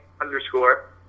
underscore